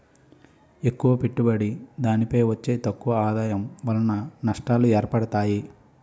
ఎక్కువ పెట్టుబడి దానిపై వచ్చే తక్కువ ఆదాయం వలన నష్టాలు ఏర్పడతాయి